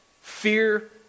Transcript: fear